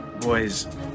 Boys